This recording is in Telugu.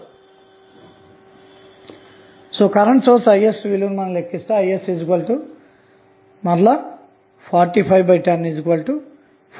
కాబట్టి మీరు సోర్స్ కరెంట్ Is విలువను లెక్కిస్తే Is 4510 4